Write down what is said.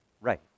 right